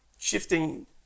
Shifting